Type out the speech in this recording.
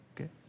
Okay